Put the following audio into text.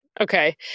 Okay